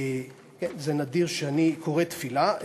זה נדיר שאני קורא תפילה.